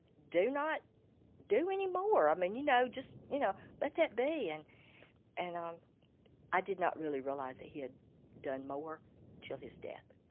do not do any more. um and you know just you know let that be. and and um i did not really realize that he had done more till his death